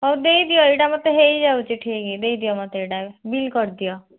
ହଉ ଦେଇଦିଅ ଏଇଟା ମୋତେ ହେଇଯାଉଛି ଠିକ୍ ଦେଇଦିଅ ମୋତେ ଏଇଟା ବିଲ୍ କରିଦିଅ